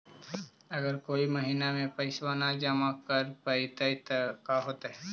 अगर कोई महिना मे पैसबा न जमा कर पईबै त का होतै?